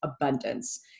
abundance